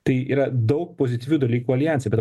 tai yra daug pozityvių dalykų aljanse bet